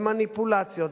במניפולציות,